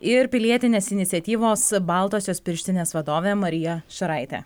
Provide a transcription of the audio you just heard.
ir pilietinės iniciatyvos baltosios pirštinės vadovė marija šaraitė